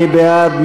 מי בעד?